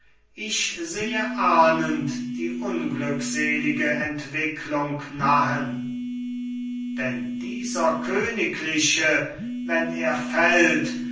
ich sehe ahnend die unglückselige entwicklung nahen denn dieser königliche wenn er fällt